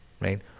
right